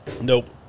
Nope